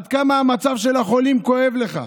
עד כמה המצב של החולים כואב לך.